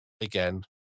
again